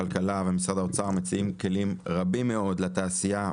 משרד הכלכלה ומשרד האוצר מציעים כלים רבים מאוד לתעשייה,